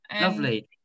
Lovely